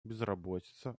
безработица